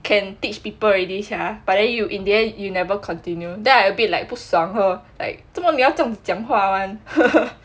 can teach people already sia but then you in the end you never continue then I a bit like 不爽 her like 做莫你要这样讲讲话 [one]